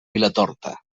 vilatorta